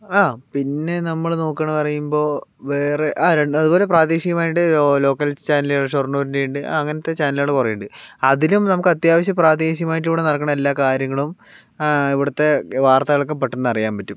അ പിന്നെ നമ്മൾ നോക്കുകയാണെന്ന് പറയുമ്പോൾ വേറെ ആ രണ്ട് അതുപോലെ പ്രാദേശികമായിട്ട് ലോക്കൽ ചാനൽ ഷൊർണൂരിൻ്റെ ഉണ്ട് അങ്ങനത്തെ ചാനലുകൾ കുറേയുണ്ട് അതിലും നമുക്ക് അത്യാവശ്യം പ്രാദേശികമായിട്ട് ഇവിടെ നടക്കണ എല്ലാ കാര്യങ്ങളും ഇവിടുത്തെ വാർത്തകളൊക്കെ പെട്ടെന്ന് അറിയാൻ പറ്റും